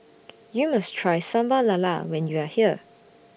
YOU must Try Sambal Lala when YOU Are here